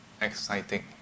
exciting